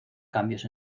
cambios